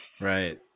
right